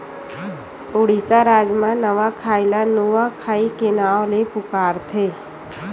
उड़ीसा राज म नवाखाई ल नुआखाई के नाव ले पुकारथे